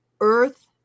earth